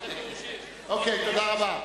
תודה רבה.